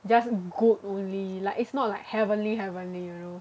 just good only like it's not like heavenly heavenly you know